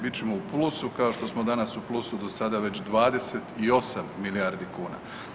Bit ćemo u plusu kao što smo danas u plusu do sada već 28 milijardi kuna.